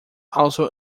also